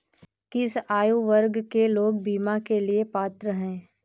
किस आयु वर्ग के लोग बीमा के लिए पात्र हैं?